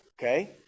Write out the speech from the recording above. Okay